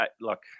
look